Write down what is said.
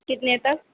کتنے تک